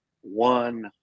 one